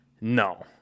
no